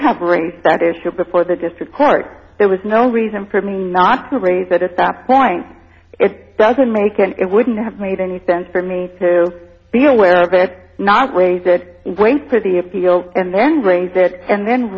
have bring that issue before the district court there was no reason for me not to raise it at that point it doesn't make and it wouldn't have made any sense for me to be aware of it not raise it for the appeal and then raise it and then